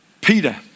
Peter